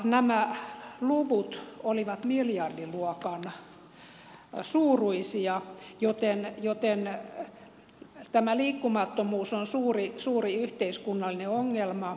nämä luvut olivat miljardiluokan suuruisia joten liikkumattomuus on suuri yhteiskunnallinen ongelma